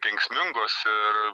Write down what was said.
kenksmingos ir